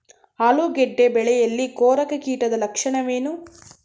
ಆಲೂಗೆಡ್ಡೆ ಬೆಳೆಯಲ್ಲಿ ಕೊರಕ ಕೀಟದ ಲಕ್ಷಣವೇನು?